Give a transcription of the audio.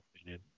opinion